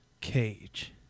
Cage